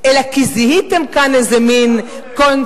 אלא כי זיהיתם כאן איזה מין קונסטלציה,